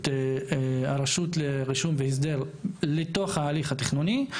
את הרשות לרישום והסדר לתוך התהליך התכנוני,